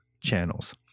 channels